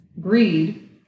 greed